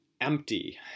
empty